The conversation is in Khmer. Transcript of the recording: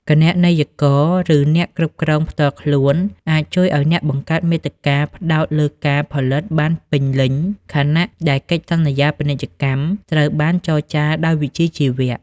គណនេយ្យករ ឬអ្នកគ្រប់គ្រងផ្ទាល់ខ្លួន អាចជួយឱ្យអ្នកបង្កើតមាតិកាផ្តោតលើការផលិតបានពេញលេញ ខណៈដែលកិច្ចសន្យាពាណិជ្ជកម្មត្រូវបានចរចាដោយវិជ្ជាជីវៈ។